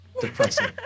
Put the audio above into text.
Depressing